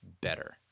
better